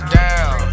down